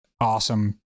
awesome